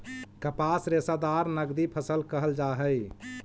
कपास रेशादार नगदी फसल कहल जा हई